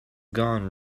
gone